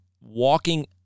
walking